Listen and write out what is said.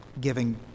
giving